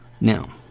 Now